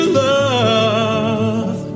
love